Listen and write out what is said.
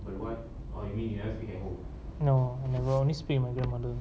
no I never I only speak with my grandmother